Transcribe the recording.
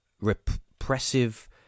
repressive